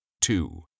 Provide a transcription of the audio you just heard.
Two